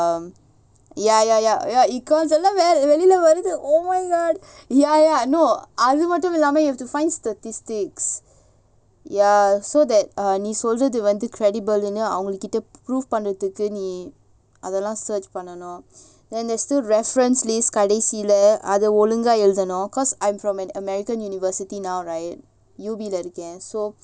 ya ya ya ya econs வந்து:vandhu oh my god ya ya no oh my god வெளிலவருதுஅதுமட்டுமில்லாமநீசொல்றதுவந்து:velila varuthu adhumattumillama nee solratha vandhu you have to find statistics ya so that நீசொல்றதுவந்து:nee solrathu vandhu credible அவங்ககிட்ட:avangakita proof பண்றதுக்குநீஅதெல்லாம்:panrathuku nee adhellam search பண்ணனும்:pannanum then there's still reference list கடைசிலஅதஒழுங்காஎழுதணும்:kadaisila adha olunga eluthanum and all cause I'm from an american university now right இருக்கேன்:iruken so